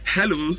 Hello